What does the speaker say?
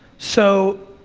so,